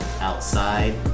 outside